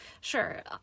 Sure